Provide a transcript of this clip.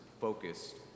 focused